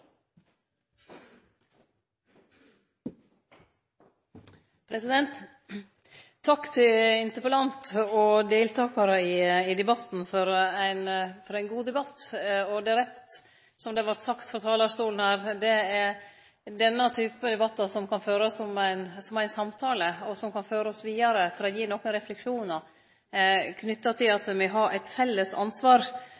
rett, som det vart sagt frå talarstolen, at det er denne typen debattar som kan førast som ein samtale, og som kan førast vidare for å gi nokre refleksjonar knytte til at